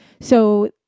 So-